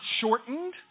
shortened